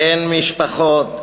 אין משפחות,